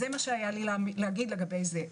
זה מה שהיה לי לומר לגבי זה.